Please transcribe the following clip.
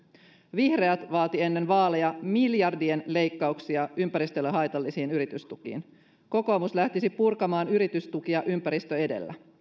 vihreät vaati ennen vaaleja miljardien leikkauksia ympäristölle haitallisiin yritystukiin kokoomus lähtisi purkamaan yritystukia ympäristö edellä